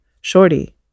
shorty